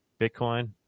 Bitcoin